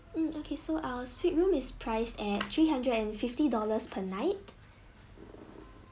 mm okay so our suite room is priced at three hundred and fifty dollars per night